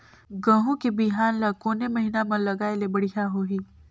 गहूं के बिहान ल कोने महीना म लगाय ले बढ़िया होही?